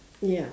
ya